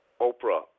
Oprah